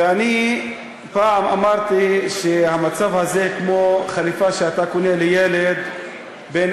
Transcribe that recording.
ואני פעם אמרתי שהמצב הזה הוא כמו חליפה שאתה קונה לילד בן